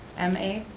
m a?